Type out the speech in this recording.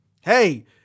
hey